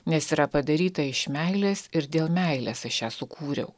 nes yra padaryta iš meilės ir dėl meilės aš ją sukūriau